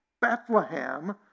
Bethlehem